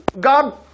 God